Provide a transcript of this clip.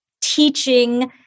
teaching